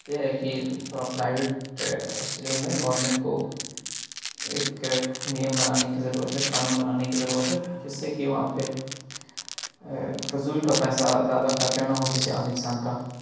یہ ہے کہ تھوڑا پرائیویٹ ہاسپیٹل میں گورنمنٹ کو ایک نیم بنانے کی ضرورت ہے قانون بنانے کی ضرورت ہے جس سے کہ وہاں پہ فضول کا پیسہ زیادہ خرچہ نہ ہو کسی عام انسان کا